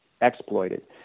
exploited